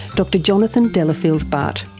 dr jonathan delafield-butt.